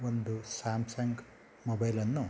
ಒಂದು ಸ್ಯಾಮ್ಸಂಗ್ ಮೊಬೈಲನ್ನು